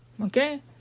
Okay